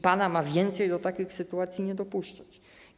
PANA ma więcej do takich sytuacji nie dopuszczać.